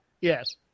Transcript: Yes